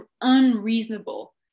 unreasonable